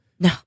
No